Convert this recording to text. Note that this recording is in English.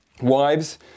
Wives